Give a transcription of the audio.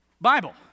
Bible